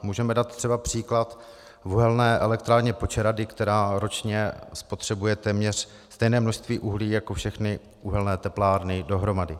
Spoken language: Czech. Můžeme dát třeba příklad uhelné elektrárny Počerady, která ročně spotřebuje téměř stejné množství uhlí jako všechny uhelné teplárny dohromady.